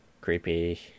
creepy